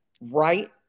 right